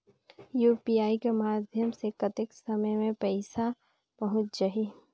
UPI कर माध्यम से कतेक समय मे पइसा पहुंच जाहि?